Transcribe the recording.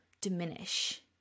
diminish